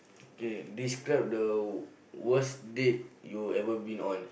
okay describe the worst date you been on